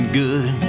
good